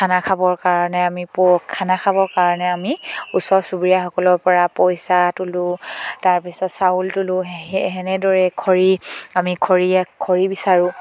খানা খাবৰ কাৰণে আমি প খানা খাবৰ কাৰণে আমি ওচৰ চুবুৰীয়াসকলৰ পৰা পইচা তোলোঁ তাৰপিছত চাউল তোলোঁ তেনেদৰে খৰি আমি খৰিয়ে খৰি বিচাৰোঁ